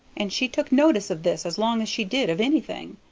and she took notice of this as long as she did of anything.